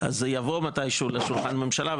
אז זה יבוא מתישהו לשולחן הממשלה,